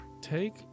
Take